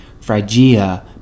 Phrygia